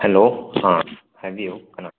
hello ꯑꯥ ꯍꯥꯏꯕꯤꯌꯨ ꯀꯅꯥ